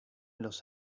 los